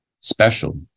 special